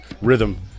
rhythm